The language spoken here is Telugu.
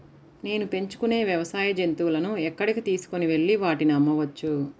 నేను పెంచుకొనే వ్యవసాయ జంతువులను ఎక్కడికి తీసుకొనివెళ్ళి వాటిని అమ్మవచ్చు?